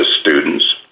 students